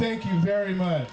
thank you very much